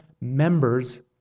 members